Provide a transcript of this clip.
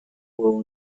will